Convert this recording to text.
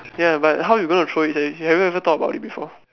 ya but how are you going to throw it sia have you ever thought about it before